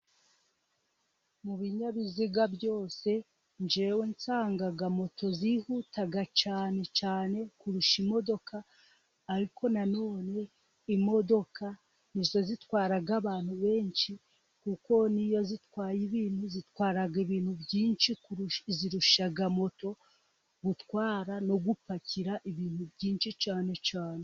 Mu binyabiziga byose jyewe nsanga moto zihuta cyane cyane kurusha imodoka, ariko nanone imodoka nizo zitwara abantu benshi, kuko niyo zitwaye ibintu zitwara ibintu byinshi zitwara ibintu byinshi kurusha moto gutwara no gupakira ibintu byinshi cyane cyane.